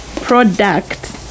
product